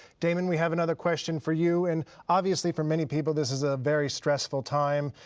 damon, we have another question for you. and obviously, for many people this is a very stressful time.